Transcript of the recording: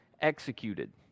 executed